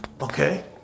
Okay